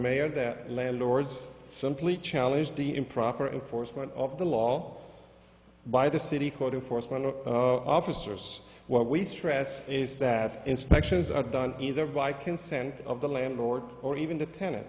mayor that landlords simply challenged the improper enforcement of the law by the city court in force when the officers what we stress is that inspections are done either by consent of the landlord or even the ten